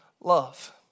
love